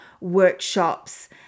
workshops